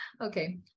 Okay